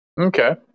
Okay